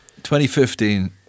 2015